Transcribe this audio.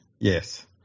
Yes